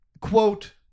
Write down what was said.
quote